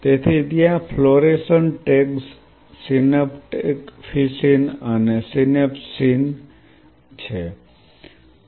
તેથી ત્યાં fluorescent tags synaptophysin અને સિનેપ્સિન છે